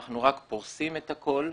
אנחנו רק פורסים את הכול.